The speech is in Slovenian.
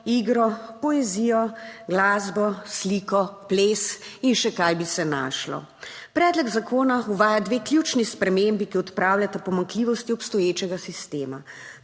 igro, poezijo, glasbo, sliko, ples in še kaj bi se našlo. Predlog zakona uvaja dve ključni spremembi, ki odpravljata pomanjkljivosti obstoječega sistema.